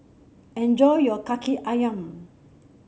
enjoy your Kaki ayam